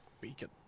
beacon